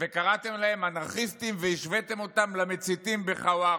קראתם להם אנרכיסטים והשוויתם אותם למציתים בחווארה.